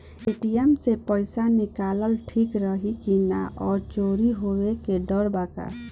ATM से पईसा निकालल ठीक रही की ना और चोरी होये के डर बा का?